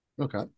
Okay